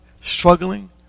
struggling